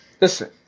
Listen